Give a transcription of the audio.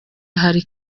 hari